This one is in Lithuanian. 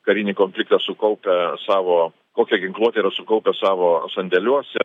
karinį konfliktą sukaupę savo kokią ginkluotę yra sukaupę savo sandėliuose